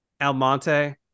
Almonte